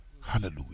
Hallelujah